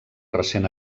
recent